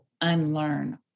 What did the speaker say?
unlearn